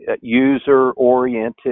user-oriented